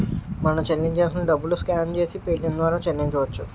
మనం చెల్లించాల్సిన డబ్బులు స్కాన్ చేసి పేటియం ద్వారా చెల్లించవచ్చు